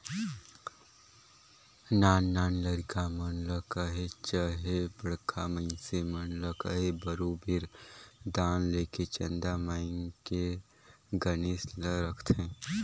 नान नान लरिका मन ल कहे चहे बड़खा मइनसे मन ल कहे बरोबेर दान लेके चंदा मांएग के गनेस ल रखथें